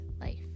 life